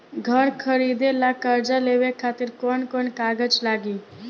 घर खरीदे ला कर्जा लेवे खातिर कौन कौन कागज लागी?